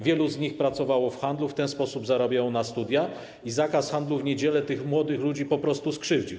Wielu z nich pracowało w handlu, w ten sposób zarabiało na studia i zakaz handlu w niedziele tych młodych ludzi po prostu skrzywdził.